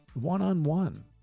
one-on-one